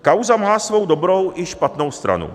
Kauza má svou dobrou i špatnou stranu.